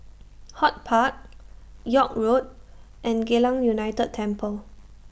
HortPark York Road and Geylang United Temple